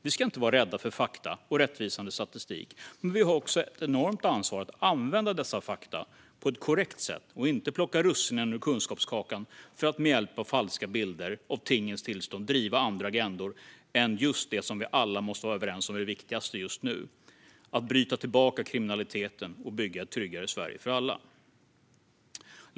Vi ska inte vara rädda för fakta och rättvisande statistik, men vi har också ett enormt ansvar att använda dessa fakta på ett korrekt sätt och inte plocka russinen ur kunskapskakan för att med hjälp av falska bilder av tingens tillstånd driva andra agendor än den som vi alla måste vara överens om är viktigast just nu: att trycka tillbaka kriminaliteten och bygga ett tryggare Sverige för alla.